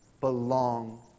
belong